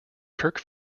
kirk